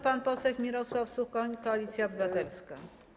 Pan poseł Mirosław Suchoń, Koalicja Obywatelska.